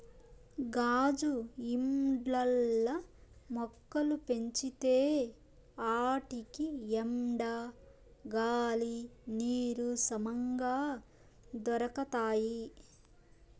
గాజు ఇండ్లల్ల మొక్కలు పెంచితే ఆటికి ఎండ, గాలి, నీరు సమంగా దొరకతాయి